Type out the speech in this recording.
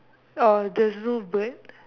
uh there's no bird